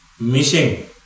missing